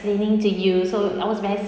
explaining to you so I was